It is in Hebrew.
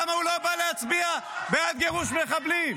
למה הוא לא בא להצביע בעד גירוש מחבלים?